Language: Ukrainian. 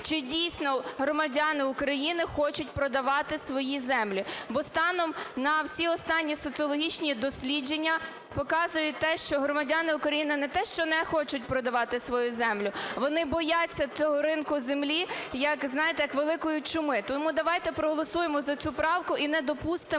чи дійсно громадяни України хочуть продавати свої землі, бо станом на всі останні соціологічні дослідження показують те, що громадяни України не те, що не хочуть продавати свою землю, вони бояться цього ринку землі як, знаєте, як великої чуми. Тому давайте проголосуємо за цю правку і не допустимо